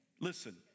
Listen